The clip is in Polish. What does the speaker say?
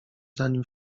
zanim